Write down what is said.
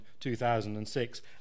2006